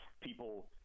people